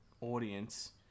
audience